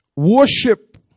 Worship